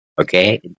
okay